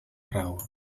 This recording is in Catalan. raó